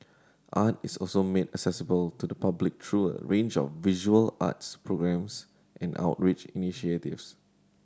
art is also made accessible to the public through a range of visual arts programmes and outreach initiatives